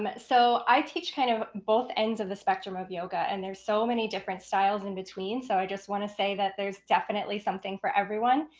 but so i teach kind of both ends of the spectrum of yoga, and there's so many different styles in between. so i just want to say that there's definitely something for everyone.